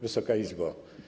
Wysoka Izbo!